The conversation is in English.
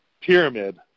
pyramid